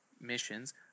missions